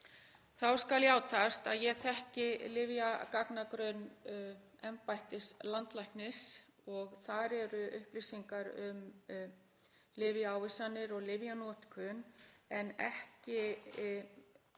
þá skal játast að ég þekki lyfjagagnagrunn embættis landlæknis og þar eru upplýsingar um lyfjaávísanir og lyfjanotkun en ekki